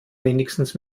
wenigstens